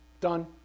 Done